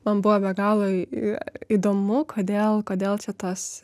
man buvo be galo įdomu kodėl kodėl čia tos